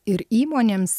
ir įmonėms